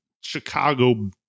Chicago